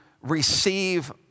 receive